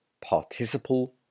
participle